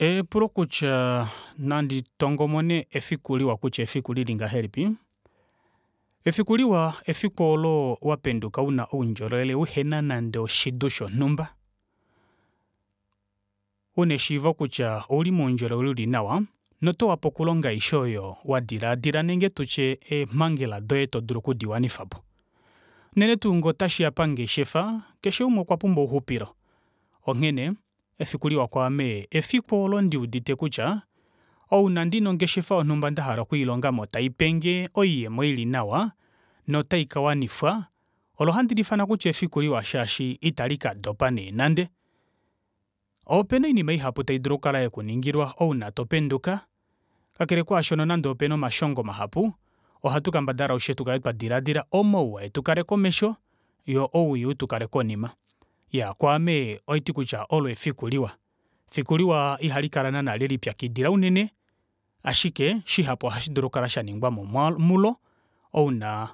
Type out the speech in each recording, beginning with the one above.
Eepulo kutyaa nandi tongomone efiku liwa kutya efiku lili ngahelipi, efiku liwa efiku oolo wapenduka una oundjolowele uhena nande oshidu shonumba, una eshiivo kutya ouli moundjolowele uli nawa notowape okulonga aishe oyo wadilaadila nenge tutye eemangela adishe todulu oku diwanifapo. Unene tuu ngoo otashiya pangeshefa keshe umwe okwa pumbwa ouxupilo, onghene efiku liwa kwaame efiku oolo ndiudite kutya ouna ndina ongeshefa yonumba ndahala okwiilongamo taipenge oyuuyemo ili nawa notaika wanifwa olo handi liufana kutya efiku liwa shaashi italikadopa nande nande. Opena oinima ihapu taidulu oku kala yekuningilwa ouna topenduka kakele kwaasho nande pena omashongo mahapu oha tukendabala alushe tukale twa dilaadila omauwa etukale komesho woo owii utukale konima. Iyaa kwaame olo haiti kutya olo efiku liwa, efiku liwa ihali kala naana lelipyakidila unene ashike shihapu ohashidulu okukala shaningwamo mulo ouna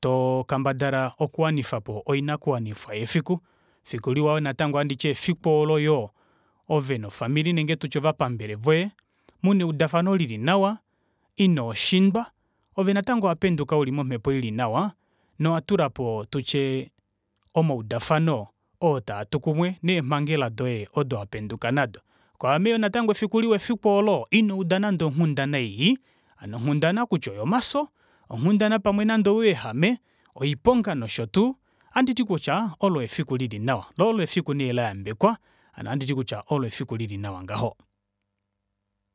too kamadala oku wanifapo oinakuwanifwa yefiku. Efiku liwa yoo natango ohanditi efiku oolo yoo ove nofamili ile ndityeovapambele voye muna eudafano lili nawa inoo shidwa ove natango owa penduka uli momepo ili nawa nowatulapo tutye omaudafano oo tatu kumwe neemangela doye odo wapenduka nado. Kwaame yoo natango efiku liwa efiku oolo ino uda nande onghundana ii, hano onghundana kutya oyomafyo onghundana pamwe nande oyouyehame oiponga noshotuu, ohandi tikutya olo efiku lili nawa loo olo efiku nee layambekewa hano ohaditi kutya olo efiku nee lili nawa ngaho.